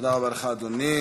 תודה רבה לך, אדוני.